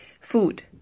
Food